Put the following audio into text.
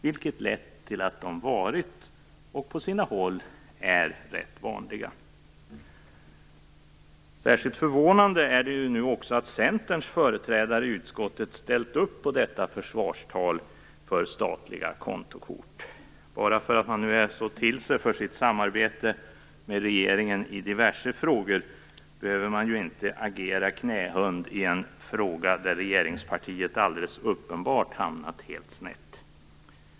Detta har lett till att de varit, och på sina håll är, rätt vanliga. Särskilt förvånande är det att Centerns företrädare i utskottet också ställt upp på detta försvarstal för statliga kontokort. Bara för att Centerpartiet är så till sig för sitt samarbete med regeringen i diverse frågor behöver man väl inte agera knähund i en fråga där regeringspartiet alldeles uppenbart hamnat helt snett.